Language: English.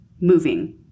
moving